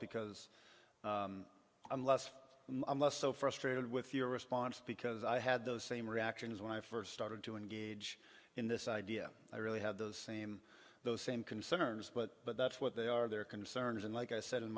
because i'm less and less so frustrated with your response because i had those same reactions when i first started to engage in this idea i really had the same those same concerns but but that's what they are their concerns and like i said